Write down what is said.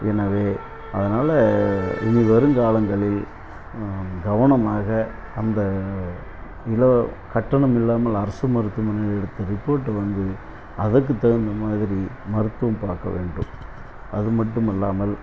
எனவே அதனால இனி வரும் காலங்களில் கவனமாக அந்த இல கட்டணமில்லாமல் அரசு மருத்துவமனையில் எடுத்த ரிப்போர்டை வந்து அதற்கு தகுந்த மாதிரி மருத்துவம் பார்க்க வேண்டும் அதுமட்டும் இல்லாமல்